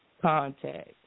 Contact